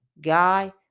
guy